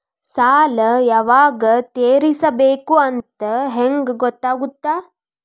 ಸಾಲ ಯಾವಾಗ ತೇರಿಸಬೇಕು ಅಂತ ಹೆಂಗ್ ಗೊತ್ತಾಗುತ್ತಾ?